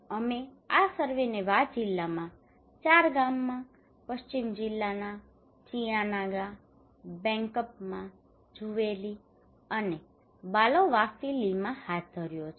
અમે આ સર્વેને વા જિલ્લામાં ચાર ગામોમાં પશ્ચિમ જિલ્લાના ચિયાનાગા બેંકપમા ઝુવેલી અને બાલોવાફિલીમાં હાથ ધર્યો છે